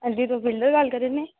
अंजी तुस जल्लै गल्ल करा नै